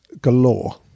galore